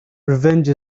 revenge